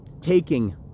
taking